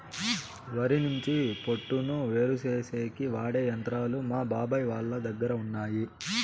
వరి నుంచి పొట్టును వేరుచేసేకి వాడె యంత్రాలు మా బాబాయ్ వాళ్ళ దగ్గర ఉన్నయ్యి